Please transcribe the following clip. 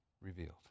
revealed